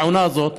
בעונה הזאת,